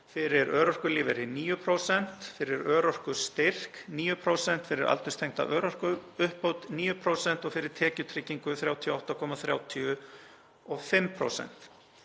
fyrir örorkulífeyri 9%, fyrir örorkustyrk 9%, fyrir aldurstengda örorkuuppbót 9% og fyrir tekjutryggingu 38,35%.